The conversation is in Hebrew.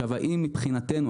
האם מבחינתנו,